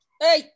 hey